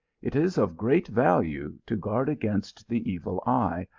it is of great value to guard against the evil eye,